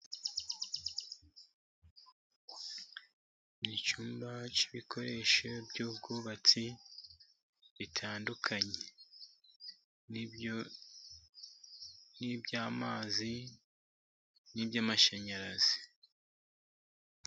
Ni icyumba cy'ibikoresho by'ubwubatsi bitandukanye . Iby'amazi, n'iby'amashanyarazi.